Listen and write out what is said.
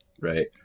Right